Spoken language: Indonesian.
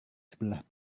sebelah